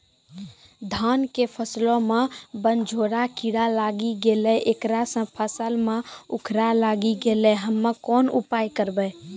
धान के फसलो मे बनझोरा कीड़ा लागी गैलै ऐकरा से फसल मे उखरा लागी गैलै हम्मे कोन उपाय करबै?